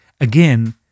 Again